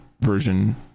version